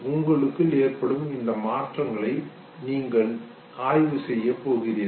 உங்களுக்குள் ஏற்படும் இந்த மாற்றங்களை நீங்கள் ஆய்வு செய்யபோகிறீர்கள்